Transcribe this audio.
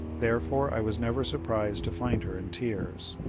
therefore i was never surprised to find her in tears.